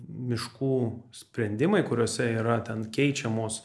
miškų sprendimai kuriuose yra ten keičiamos